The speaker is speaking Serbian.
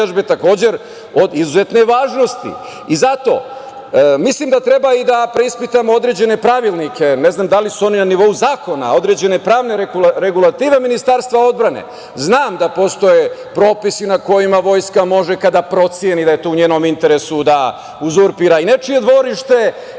mislim da treba i da preispitamo određene pravilnike, ne znam da li su oni na nivou zakona, određene pravne regulative Ministarstva odbrane. Znam da postoje propisi na kojima vojska može, kada proceni da je to u njenom interesu da uzurpira i nečije dvorište